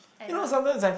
at the